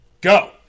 go